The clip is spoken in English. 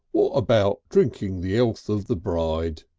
wot about drinking the ealth of the bride?